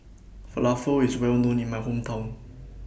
Falafel IS Well known in My Hometown